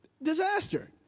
Disaster